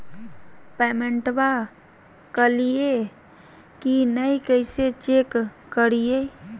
पेमेंटबा कलिए की नय, कैसे चेक करिए?